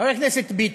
חבר הכנסת ביטן,